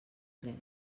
tres